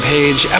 Page